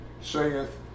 saith